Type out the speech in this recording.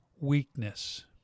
weakness